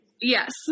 Yes